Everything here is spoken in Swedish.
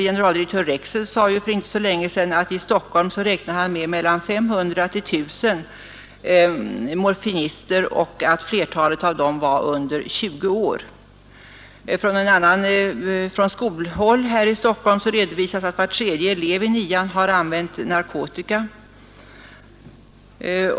Generaldirektör Rexed sade för inte så länge sedan att i Stockholm räknade man med 500—1 000 morfinister och att flertalet av dem var under 20 år. Från skolhåll här i Stockholm redovisas att var tredje elev i nian har använt narkotika.